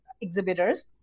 exhibitors